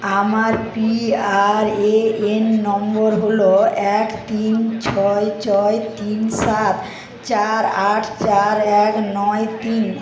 আমার পিআরএএন নম্বর হল এক তিন ছয় ছয় তিন সাত চার আট চার এক নয় তিন